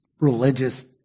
religious